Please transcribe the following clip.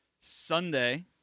Sunday